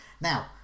now